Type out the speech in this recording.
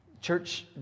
Church